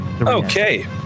Okay